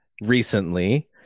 recently